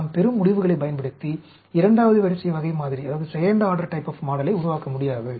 நாம் பெறும் முடிவுகளைப் பயன்படுத்தி இரண்டாவது வரிசை வகை மாதிரியை உருவாக்க முடியாது